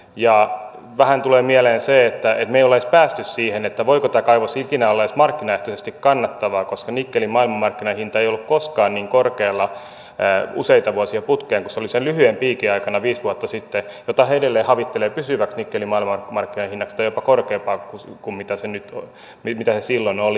ja vähän tulee mieleen se että me emme ole edes päässeet siihen että voiko tämä kaivos ikinä olla edes markkinaehtoisesti kannattava koska nikkelin maailmanmarkkinahinta ei ole koskaan ollut niin korkealla useita vuosia putkeen kuin se oli sen lyhyen piikin aikana viisi vuotta sitten ja sitä he edelleen havittelevat pysyväksi nikkelin maailmanmarkkinahinnaksi tai jopa korkeampaa kuin mitä se silloin oli